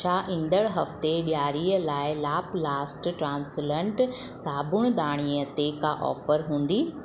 छा ईंदड़ु हफ़्ते ॾियारीअ लाइ लाप्लास्ट ट्रांसलांट साबुणदाणीअ ते का ऑफर हूंदी